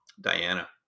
Diana